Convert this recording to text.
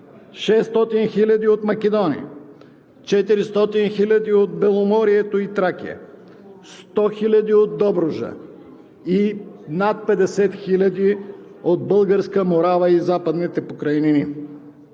600 000 от Македония, 400 000 от Беломорието и Тракия, 100 000 от Добруджа и над 50 000 от Българска морава и Западните покрайнини.